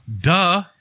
Duh